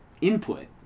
input